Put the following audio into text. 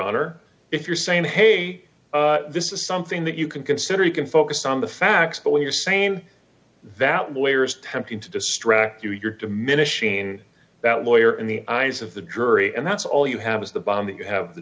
honor if you're saying hey this is something that you can consider you can focus on the facts but when you're saying that lawyers tempting to distract you you're diminishing that lawyer in the eyes of the jury and that's all you have is the bond that you have th